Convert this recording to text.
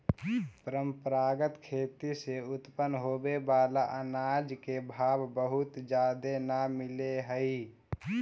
परंपरागत खेती से उत्पन्न होबे बला अनाज के भाव बहुत जादे न मिल हई